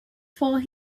for